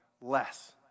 less